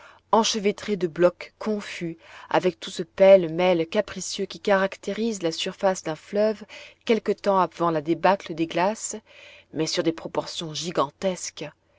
enchevêtrée de blocs confus avec tout ce pêle-mêle capricieux qui caractérise la surface d'un fleuve quelque temps avant la débâcle des glaces mais sur des proportions gigantesques